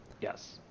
yes